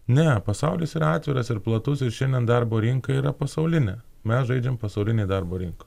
ne pasaulis yra atviras ir platus ir šiandien darbo rinka yra pasaulinė mes žaidžiam pasaulinėj darbo rinkoj